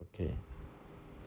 okay